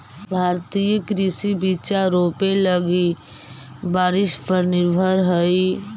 भारतीय कृषि बिचा रोपे लगी बारिश पर निर्भर हई